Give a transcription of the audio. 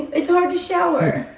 it's hard to shower.